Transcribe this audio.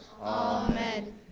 amen